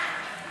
קייטנה ציבורית?